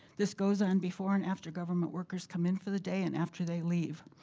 this goes on before and after government workers come in for the day and after they leave.